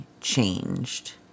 changed